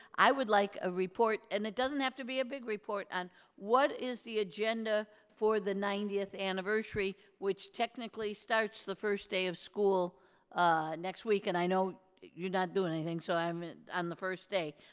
i would like a report, and it doesn't have to be a big report, on what is the agenda for the ninetieth anniversary which technically starts the first day of school next week and i know you're not doing anything, so on um and and the first day,